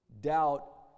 Doubt